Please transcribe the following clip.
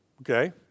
Okay